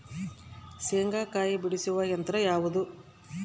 ಶೇಂಗಾಕಾಯಿ ಬಿಡಿಸುವ ಯಂತ್ರ ಯಾವುದು?